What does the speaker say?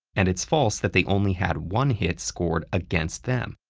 and it's false that they only had one hit scored against them.